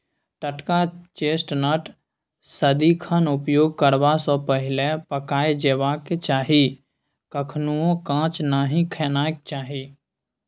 टटका चेस्टनट सदिखन उपयोग करबा सँ पहिले पकाएल जेबाक चाही कखनहुँ कांच नहि खेनाइ चाही